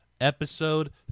episode